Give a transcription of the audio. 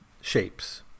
shapes